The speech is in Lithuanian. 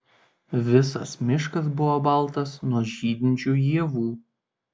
visas miškas buvo baltas nuo žydinčių ievų